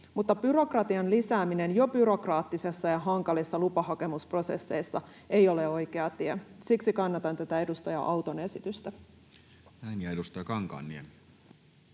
mutta byrokratian lisääminen jo byrokraattisissa ja hankalissa lupahakemusprosesseissa ei ole oikea tie. Siksi kannatan tätä edustaja Auton esitystä.